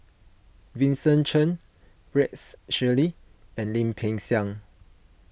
Vincent Cheng Rex Shelley and Lim Peng Siang